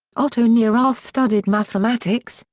otto neurath studied mathematics,